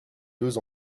deux